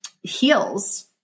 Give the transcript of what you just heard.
heals